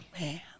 Man